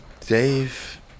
dave